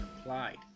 applied